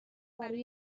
برروی